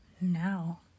now